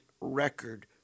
record